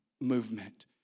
movement